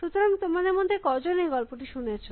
সুতরাং তোমাদের মধ্যে কজন এই গল্পটি শুনেছ